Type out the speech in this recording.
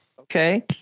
Okay